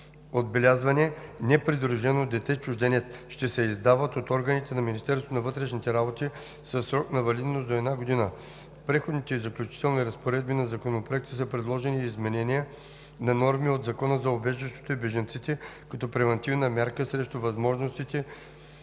отбелязване „непридружено дете чужденец“ ще се издават от органите на Министерството на вътрешните работи със срок на валидност до една година. В Преходните и заключителните разпоредби на Законопроекта са предложени и изменения на норми от Закона за убежището и бежанците като превантивна мярка срещу възможностите